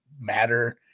matter